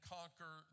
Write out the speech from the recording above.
conquer